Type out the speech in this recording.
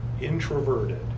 introverted